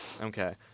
Okay